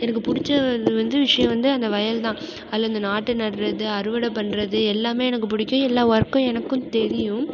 எனக்கு பிடிச்ச இது வந்து விஷயம் வந்து அந்த வயல்தான் அதில் இந்த நாற்று நடறது அறுவடை பண்றது எல்லாமே எனக்கு பிடிக்கும் எல்லா வொர்க்கும் எனக்கும் தெரியும்